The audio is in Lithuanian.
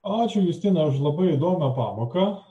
ačiū justina už labai įdomią pamoką